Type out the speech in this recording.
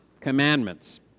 commandments